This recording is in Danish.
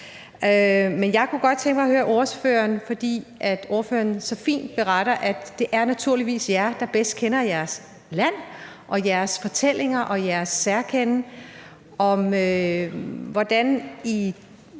Men jeg kunne godt tænke mig at høre ordføreren, fordi ordføreren så fint beretter, at det naturligvis er jer, der bedst kender jeres land og jeres fortællinger og jeres særkende, hvordan